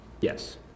Yes